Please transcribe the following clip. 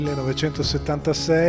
1976